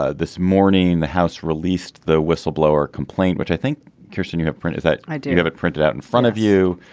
ah this morning the house released the whistleblower complaint which i think kirsten you have print is that i didn't have it printed out in front of you